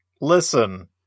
Listen